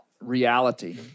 reality